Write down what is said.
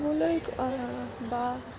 ক'বলৈ বা